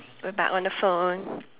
we're back on the phone